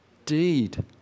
indeed